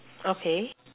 okay